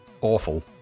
awful